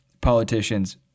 politicians